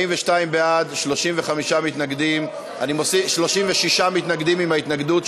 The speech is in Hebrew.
42 בעד, 35 מתנגדים, 36 מתנגדים,